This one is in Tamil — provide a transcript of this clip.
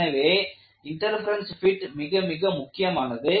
எனவே இன்டர்பெரென்ஸ் பிட் மிக மிக முக்கியமானது